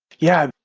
yeah.